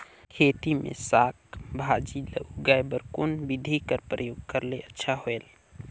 खेती मे साक भाजी ल उगाय बर कोन बिधी कर प्रयोग करले अच्छा होयल?